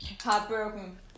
heartbroken